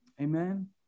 Amen